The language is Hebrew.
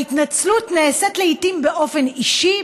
ההתנצלות נעשית לעיתים באופן אישי,